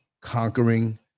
conquering